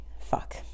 Fuck